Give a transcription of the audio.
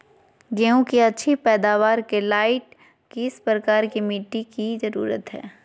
गेंहू की अच्छी पैदाबार के लाइट किस प्रकार की मिटटी की जरुरत है?